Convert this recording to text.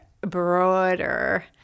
broader